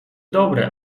dobre